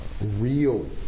real